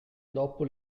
dopo